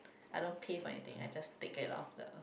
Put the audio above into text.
I don't pay for anything I just take it off the